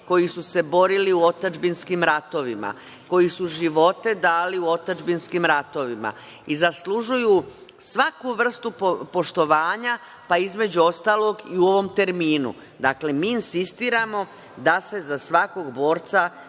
koji su se borili u otadžbinskim ratovima, koji su živote dali u otadžbinskim ratovima i zaslužuju svaku vrstu poštovanja, pa između ostalog i u ovom terminu. Dakle, mi insistiramo da se za svakog borca,